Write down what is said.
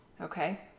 okay